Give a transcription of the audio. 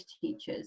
teachers